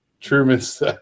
Truman's